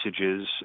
messages